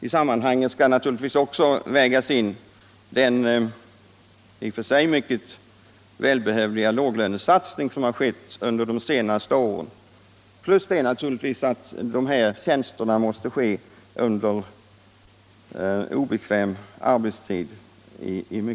I sammanhanget skall naturligtvis också vägas in den i och för sig mycket välbehövliga låglönesatsning som skett under senare år samt det förhållandet att dessa tjänster i mycket stor utsträckning måste utföras under obekväm arbetstid.